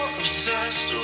obsessed